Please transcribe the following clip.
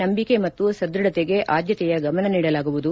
ನಂಬಿಕೆ ಮತ್ತು ಸದ್ಬಢತೆಗೆ ಆದ್ಬತೆಯ ಗಮನ ನೀಡಲಾಗುವುದು